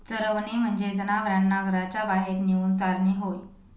चरवणे म्हणजे जनावरांना घराच्या बाहेर नेऊन चारणे होय